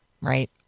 right